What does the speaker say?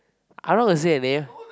I don't want to say the name